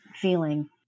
feeling